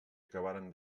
acabaren